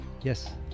Yes